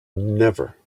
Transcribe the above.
never